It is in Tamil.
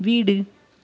வீடு